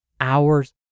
hours